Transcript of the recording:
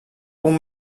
punt